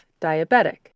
diabetic